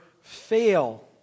fail